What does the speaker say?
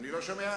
לא אנחנו.